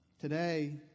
Today